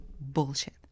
bullshit